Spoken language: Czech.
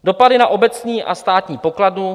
Dopady na obecní a státní pokladnu.